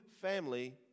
family